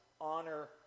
honor